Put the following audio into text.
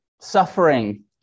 suffering